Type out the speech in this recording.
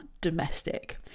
domestic